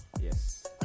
Yes